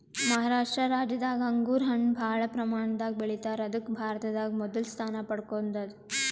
ಮಹಾರಾಷ್ಟ ರಾಜ್ಯದಾಗ್ ಅಂಗೂರ್ ಹಣ್ಣ್ ಭಾಳ್ ಪ್ರಮಾಣದಾಗ್ ಬೆಳಿತಾರ್ ಅದಕ್ಕ್ ಭಾರತದಾಗ್ ಮೊದಲ್ ಸ್ಥಾನ ಪಡ್ಕೊಂಡದ್